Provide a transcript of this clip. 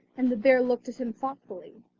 and the bear looked at him thoughtfully.